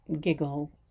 giggle